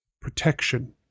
protection